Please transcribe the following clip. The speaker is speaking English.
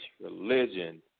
religion